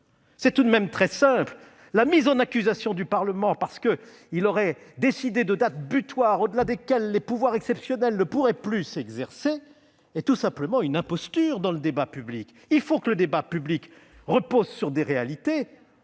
que le Parlement le vote. La mise en accusation du Parlement parce qu'il aurait décidé de dates butoirs au-delà desquelles les pouvoirs exceptionnels ne pourraient plus s'exercer est tout simplement une imposture dans le débat public. Ce dernier doit reposer sur des réalités